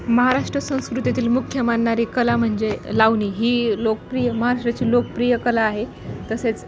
महाराष्ट्र संस्कृतीतील मुख्य मानणारी कला म्हणजे लावणी ही लोकप्रिय महाराष्ट्राची लोकप्रिय कला आहे तसेच